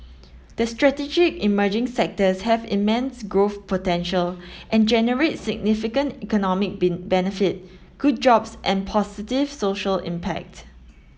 the strategic emerging sectors have immense growth potential and generate significant economic be benefit good jobs and positive social impact